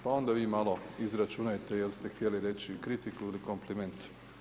Pa onda vi malo, izračunajte jel ste htjeli reći kritiku ili kompliment.